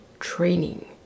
Training